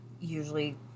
usually